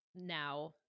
now